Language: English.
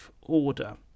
order